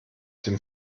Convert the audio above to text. dem